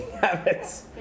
habits